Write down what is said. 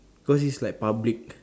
cause this is like public